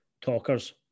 talkers